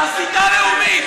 הסתה לטרור.